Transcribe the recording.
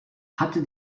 hatte